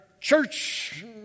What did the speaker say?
church